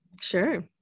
Sure